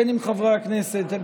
בין אם חברי הכנסת,